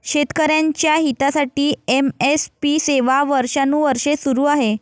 शेतकऱ्यांच्या हितासाठी एम.एस.पी सेवा वर्षानुवर्षे सुरू आहे